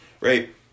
right